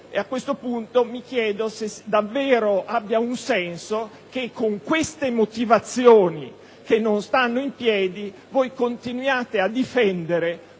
A questo punto mi chiedo se davvero abbia un senso che con motivazioni così deboli, che non stanno in piedi, voi continuiate a difendere